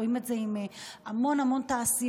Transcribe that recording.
רואים את זה עם המון המון תעשיות,